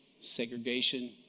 segregation